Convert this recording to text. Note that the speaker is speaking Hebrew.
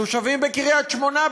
התושבים בקריית-שמונה,